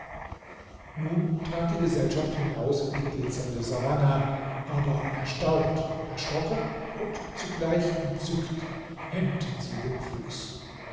nun trat die gesellschaft hinaus in die glitzernde savannah aber erstaunt erschrocken und zugleich entzückt hemmten sie den fuß